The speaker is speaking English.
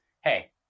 hey